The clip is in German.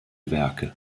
werke